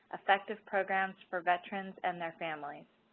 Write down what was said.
effective programs for veterans and their families.